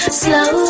slow